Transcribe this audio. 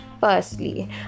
Firstly